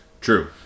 True